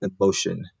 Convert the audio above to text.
emotion